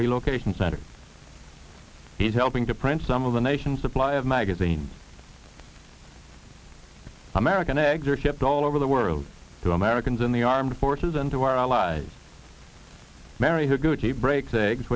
relocation center he's helping to print some of the nation's supply of magazines american eggs are shipped all over the world to americans in the armed forces and to our allies marry her good he breaks